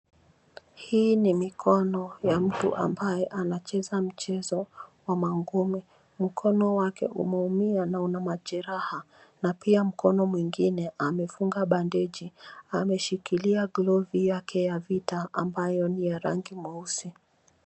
Hii ni mikono ya mtu ambaye anacheza mchezo wa mangumi. Mkono wake umeumia na una majeraha na pia mkono mwingine amefunga bandeji. Ameshikilia glavu yake ya vita ambayo ni ya rangi mweusi.